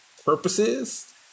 purposes